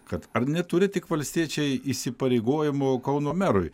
kad ar neturi tik valstiečiai įsipareigojimų kauno merui